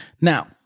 Now